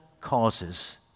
causes